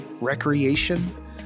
recreation